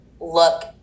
look